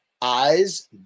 eyes